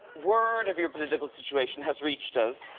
word of your political situation has reached us.